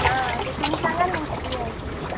हां तर तुम्ही सांगा ना मग किती द्यायचे